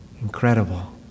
Incredible